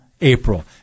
April